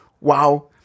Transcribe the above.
wow